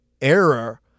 error